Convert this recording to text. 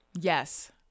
yes